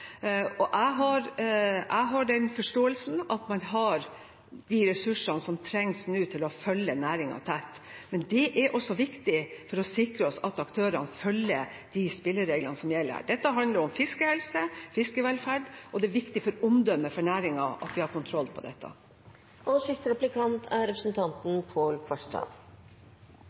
og jeg har den forståelsen at man har de ressursene som trengs nå for å følge næringen tett. Men det er også viktig for å sikre oss at aktørene følger de spillereglene som gjelder. Dette handler om fiskehelse og fiskevelferd, og det er viktig for omdømmet til næringen at vi har kontroll på dette. Jeg går ut fra at statsråden er